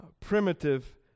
primitive